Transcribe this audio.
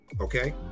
Okay